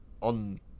on